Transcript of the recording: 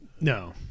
no